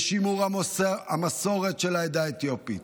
בשימור המסורת של העדה האתיופית,